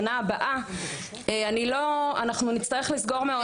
שנה הבאה אנחנו נצטרך לסגור מעונות.